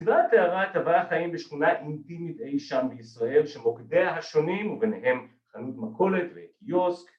הסדרה תארה את הווי החיים ‫בשכונה אינטימית אי שם בישראל, ‫שמוקדי השונים, ‫וביניהם חנות מכולת וקיוסק,